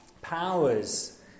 Powers